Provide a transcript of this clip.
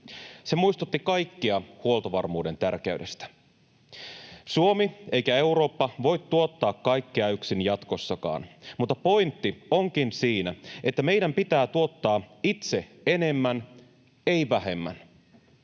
Se muistutti kaikkia huoltovarmuuden tärkeydestä. Ei Suomi eikä Eurooppa voi tuottaa kaikkea yksin jatkossakaan, mutta pointti onkin siinä, että meidän pitää tuottaa itse enemmän, ei vähemmän.